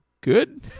good